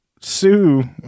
Sue